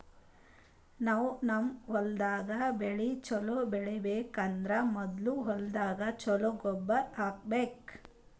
ನಾವ್ ನಮ್ ಹೊಲ್ದಾಗ್ ಬೆಳಿ ಛಲೋ ಬೆಳಿಬೇಕ್ ಅಂದ್ರ ಮೊದ್ಲ ಹೊಲ್ದಾಗ ಛಲೋ ಗೊಬ್ಬರ್ ಹಾಕ್ಬೇಕ್